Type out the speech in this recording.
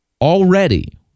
already